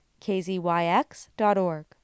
kzyx.org